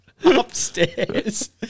Upstairs